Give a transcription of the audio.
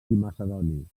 macedoni